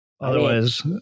Otherwise